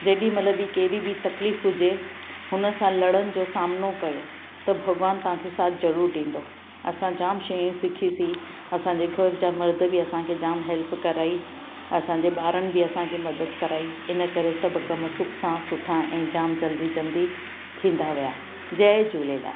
जेॾीमहिल बि कहिड़ी बि तकलीफ़ हुजे हुन सां लड़नि जो सामिनो कयो त भॻवानु तव्हां खे साथ ज़रूरु ॾींदो असां जामु शयूं सिखीसीं असांजे घर जा मर्द बि असांखे जामु हेल्प कराई असांजे ॿारनि बि असांखे मदद कराई इन करे सभु कमु सुख़ सां सुठा ऐं जामु जल्दी जल्दी थींदा विया जय झूलेलाल